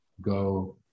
go